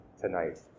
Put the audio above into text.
tonight